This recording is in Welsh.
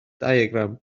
diagram